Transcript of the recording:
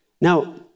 Now